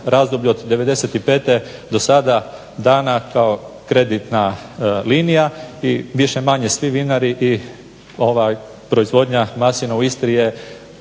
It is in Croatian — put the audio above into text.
razdoblju od 95. Do sada dana kao kreditna linija i više-manje svi vinari i proizvodnja maslina u Istri je